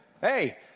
Hey